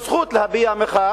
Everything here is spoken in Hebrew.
אנשים שיש להם הזכות להביע מחאה,